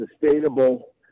sustainable